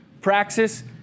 Praxis